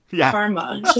Karma